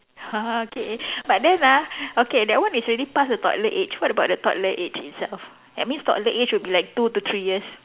!huh! K but then ah okay that one is already past the toddler age what about the toddler age itself that means toddler age would be like two to three years